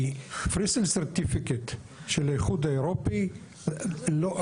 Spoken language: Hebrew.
כי Presale certificate של האיחוד האירופי לא,